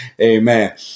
Amen